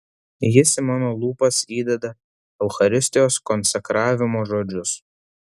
jis į mano lūpas įdeda eucharistijos konsekravimo žodžius